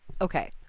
okay